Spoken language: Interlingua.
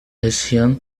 etiam